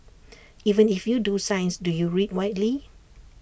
even if you do science do you read widely